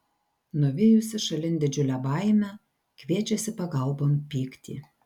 nuvijusi šalin didžiulę baimę kviečiasi pagalbon pyktį